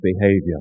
behavior